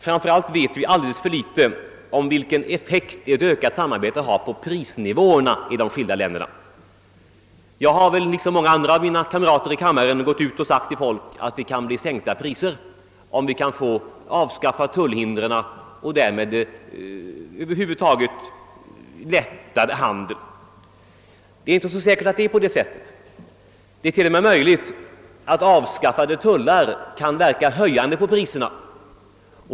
Framför allt vet vi alldeles för litet om vilken effekt ett ökat samarbete har på prisnivåerna i de skilda länderna. Jag har väl liksom många av mina kamrater i kammaren gått ut och sagt till folk att det kan bli sänkta priser, om vi avskaffar tullhindren och över huvud taget underlättar handeln. Det är inte så säkert att det är på det sättet. Det är till och med möjligt att avskaffade tullar kan verka höjande på priserna.